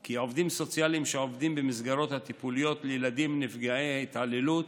כי עובדים סוציאליים שעובדים במסגרות הטיפוליות לילדים נפגעי התעללות,